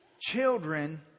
children